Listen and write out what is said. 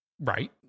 Right